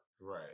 Right